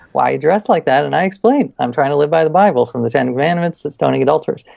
why are you dressed like that? and i explained, i'm trying to live by the bible, from the ten commandments to stoning adulterers.